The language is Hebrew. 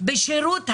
בשירות המדינה,